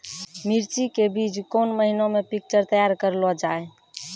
मिर्ची के बीज कौन महीना मे पिक्चर तैयार करऽ लो जा?